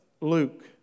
Luke